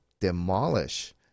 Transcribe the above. demolish